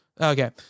Okay